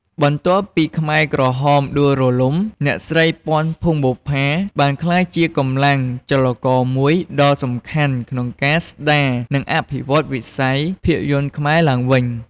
បន្ទាប់ពីរបបខ្មែរក្រហមដួលរលំ អ្នកស្រី ពាន់ ភួងបុប្ផា បានក្លាយជាកម្លាំងចលករមួយដ៏សំខាន់ក្នុងការស្ដារ និងអភិវឌ្ឍវិស័យភាពយន្តខ្មែរឡើងវិញ។